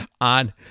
on